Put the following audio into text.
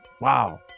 Wow